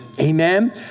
Amen